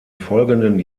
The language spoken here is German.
folgenden